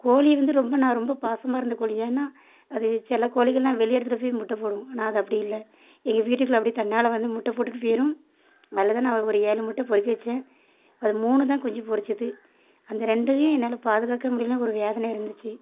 கோழி வந்து ரொம்ப நான் ரொம்ப பாசமாக இருந்த கோழி ஏன்னா அது சில கோழிகளாம் வெளியே எடுத்துகிட்டு போய் முட்டை போடும் ஆனால் அது அப்படி இல்லை எங்கள் வீட்டுக்குள்ளே அப்படியே தன்னால் வந்து முட்டை போட்டுட்டு போய்டும் அதில் இருந்து நான் ஒரு ஏழு முட்டை பொரிக்க வச்சேன் அது மூணுந்தான் குஞ்சு பொரிச்சது அந்த ரெண்டையும் என்னால் பாதுகாக்க முடியலைன்னு ஒரு வேதனை இருந்திச்சு